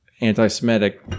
anti-Semitic